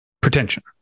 pretension